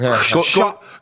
shot